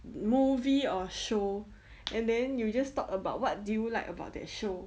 movie or show and then you just talk about what do you like about that show